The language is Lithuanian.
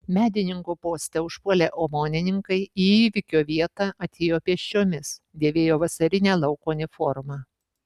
medininkų postą užpuolę omonininkai į įvykio vietą atėjo pėsčiomis dėvėjo vasarinę lauko uniformą